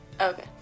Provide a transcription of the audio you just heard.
Okay